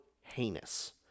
heinous